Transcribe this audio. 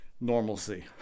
normalcy